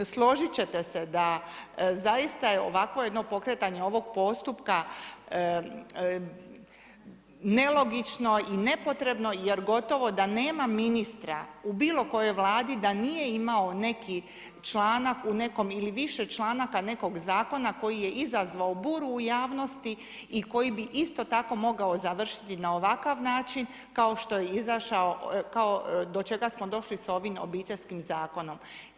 Složit ćete se da zaista je ovakvo jedno pokretanje ovog postupka nelogično i nepotrebno jer gotovo da nema ministra u bilo kojoj Vladi da nije imao neki članak u nekom ili više članaka nekog zakona koji je izazvao buru u javnosti i koji bi isto tako mogao završiti na ovakav način kao što je izašao, do čega smo došli sa ovim Obiteljskim zakonom.